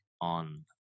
on